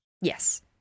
Yes